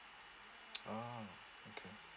ah okay